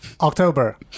October